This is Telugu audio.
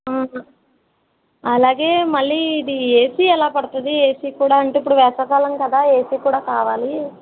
అలాగే మళ్ళీ ఇది ఏసీ ఎలా పడుతుంది ఏసీ కూడా అంటే ఇప్పుడు వేసవి కాలం కదా ఏసీ కూడా కావాలి